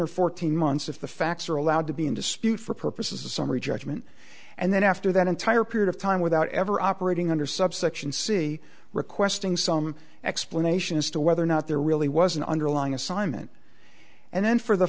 or fourteen months if the facts are allowed to be in dispute for purposes of summary judgment and then after that entire period of time without ever operating under subsection c requesting some explanation as to whether or not there really was an underlying assignment and then for the